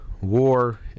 war